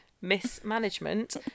mismanagement